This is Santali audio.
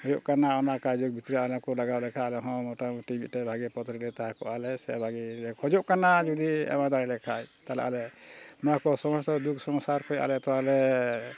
ᱦᱩᱭᱩᱜ ᱠᱟᱱᱟ ᱚᱱᱟ ᱠᱟᱹᱡᱩᱜ ᱵᱷᱤᱛᱨᱤ ᱨᱮ ᱟᱞᱮ ᱠᱚ ᱞᱟᱜᱟᱣ ᱞᱮᱠᱷᱟᱱ ᱟᱞᱮ ᱦᱚᱸ ᱢᱚᱴᱟᱢᱩᱴᱤ ᱢᱤᱫᱴᱮᱱ ᱵᱷᱟᱹᱜᱤ ᱯᱚᱫ ᱨᱮᱜᱮ ᱛᱟᱦᱮᱸ ᱠᱚᱜᱼᱟ ᱞᱮ ᱥᱮ ᱵᱷᱟᱹᱜᱤ ᱞᱮ ᱠᱷᱚᱡᱚᱜ ᱠᱟᱱᱟ ᱡᱩᱫᱤ ᱮᱢᱟ ᱫᱟᱲᱮᱭᱟᱞᱮᱠᱷᱟᱱ ᱛᱟᱦᱚᱞᱮ ᱟᱞᱮ ᱱᱚᱣᱟ ᱠᱚ ᱥᱚᱢᱚᱥᱥᱟ ᱫᱩᱠ ᱥᱚᱢᱚᱥᱥᱟ ᱠᱷᱚᱱ ᱟᱞᱮ ᱛᱚ ᱟᱞᱮ